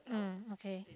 mm okay